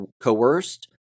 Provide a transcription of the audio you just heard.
coerced